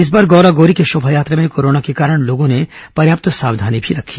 इस बार गौरा गौरी की शोभायात्रा में कोरोना के कारण लोगों ने पर्याप्त सावधानी भी रखी